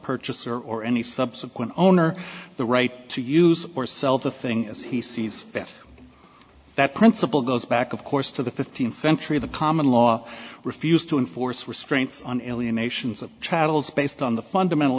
purchaser or any subsequent owner the right to use or sell the thing as he sees fit that principle goes back of course to the fifteenth century the common law refused to enforce restraints on illya nations of chattels based on the fundamental